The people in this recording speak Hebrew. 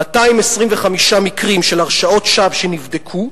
225 מקרים של הרשעות שווא שנבדקו,